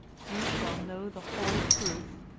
you shall know the whole truth.